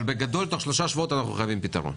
אבל בגדול, תוך שלושה שבועות אנחנו חייבים פתרון.